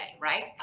right